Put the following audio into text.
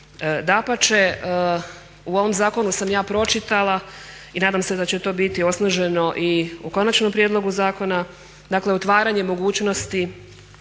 dapače, u ovom zakonu sam ja pročitala i nadam se da će to biti osnaženo i u konačnom prijedlogu zakona dakle otvaranje mogućnosti